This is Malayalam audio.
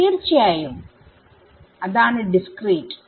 തീർച്ചയായും അതാണ് ഡിസ്ക്രീറ്റ്